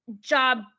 job